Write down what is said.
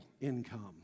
income